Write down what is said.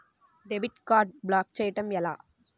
Debit card block చేయటం ఎలా?